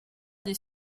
des